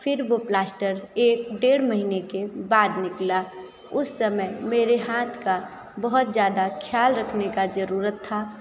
फिर वो प्लाश्टर एक डेढ़ महीने के बाद निकला उस समय मेरे हाथ का बहुत ज़्यादा ख्याल रखने का ज़रूरत था